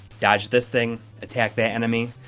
dodge this thing, attack that enemy.